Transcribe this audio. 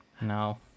no